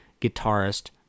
guitarist